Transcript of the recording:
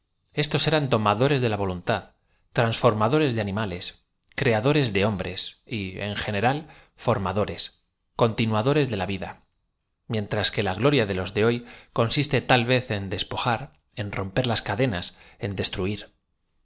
éstos eran domadores de la voluntad transformadores de animales creadores de hombres y fu general formadores continuadores de la vida mientras que la gloria de los de hoy consiste tal v e z en despojar en rom per las cadenas en destruir